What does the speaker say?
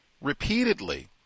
repeatedly